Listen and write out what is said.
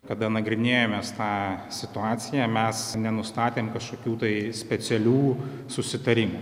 kada nagrinėjom mes tą situaciją mes nenustatėm kažkokių tai specialių susitarimų